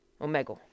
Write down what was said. Omega